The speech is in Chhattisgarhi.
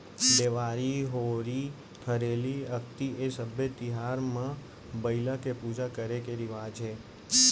देवारी, होरी हरेली, अक्ती ए सब्बे तिहार म बइला के पूजा करे के रिवाज हे